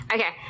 Okay